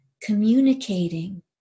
communicating